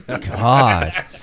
god